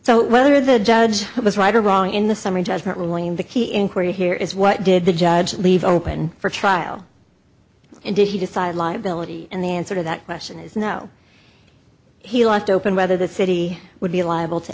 so whether the judge was right or wrong in the summary judgment ruling the key inquiry here is what did the judge leave open for trial and did he decide liability and the answer to that question is no he left open whether the city would be liable to